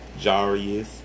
Jarius